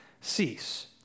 cease